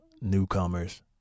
newcomers